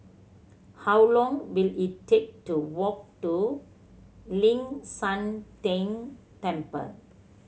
how long will it take to walk to Ling San Teng Temple